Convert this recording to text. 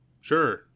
sure